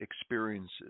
experiences